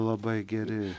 labai geri